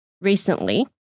recently